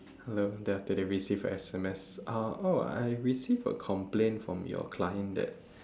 hello then after that they receive S_M_S ah oh I received a complaint from your client that